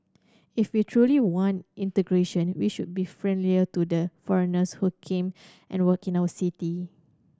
if we truly want integration we should be friendlier to the foreigners who came and work in our city